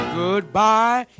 goodbye